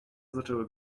zaczęły